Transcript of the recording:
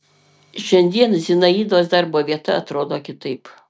šiandien zinaidos darbo vieta atrodo kitaip